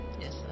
Yes